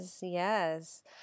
yes